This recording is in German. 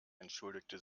entschuldigte